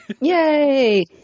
Yay